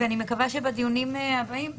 ואני מקווה שבדיונים הבאים,